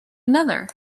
another